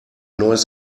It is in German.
neues